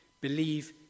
Believe